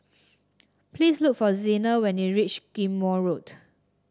please look for Xena when you reach Ghim Moh Road